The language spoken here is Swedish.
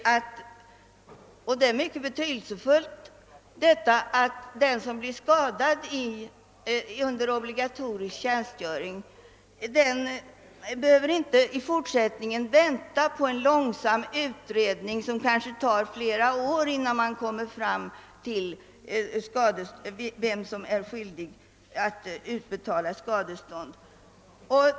En mycket betydelsefull fördel är att den som blivit skadad vid obligatorisk tjänstgöring i fortsättningen inte behöver vänta på en tidskrävande utredning som kanske måste pågå flera år, innan det kan konstateras vem som är skyldig utbetala skadestånd.